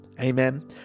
Amen